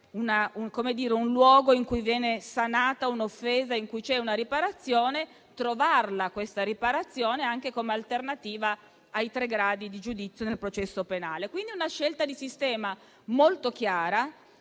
un luogo in cui viene sanata l'offesa, la possibilità di trovare questa riparazione come alternativa ai tre gradi di giudizio nel processo penale. È una scelta di sistema molto chiara